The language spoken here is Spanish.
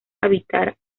habitar